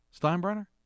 Steinbrenner